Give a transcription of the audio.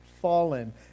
Fallen